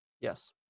Yes